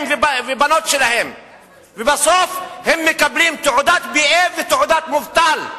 ובנותיהן ובסוף הם מקבלים תעודת BA ותעודת מובטל.